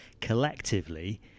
collectively